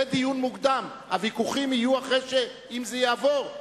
זה דיון מוקדם, הוויכוחים יהיו אם זה יעבור.